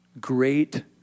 great